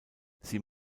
sie